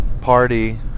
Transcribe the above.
party